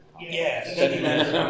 Yes